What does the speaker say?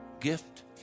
gift